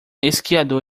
esquiador